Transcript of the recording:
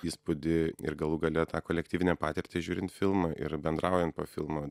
įspūdį ir galų gale tą kolektyvinę patirtį žiūrint filmą ir bendraujant po filmo